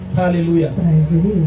hallelujah